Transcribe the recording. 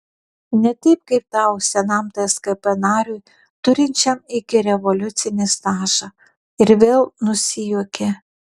ne taip kaip tau senam tskp nariui turinčiam ikirevoliucinį stažą ir vėl nusijuokė